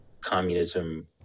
communism